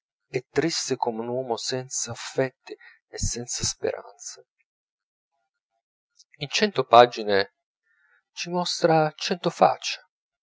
è triste come un uomo senz'affetti e senza speranze in cento pagine ci mostra cento faccie